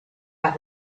las